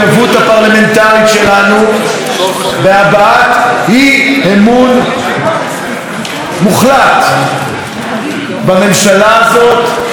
בהבעת אי-אמון מוחלט בממשלה הזאת ובראש הממשלה.